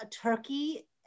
Turkey